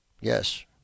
Yes